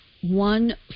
one